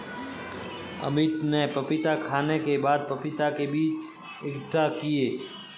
अमित ने पपीता खाने के बाद पपीता के बीज इकट्ठा किए